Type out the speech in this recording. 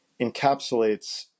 encapsulates